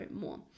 more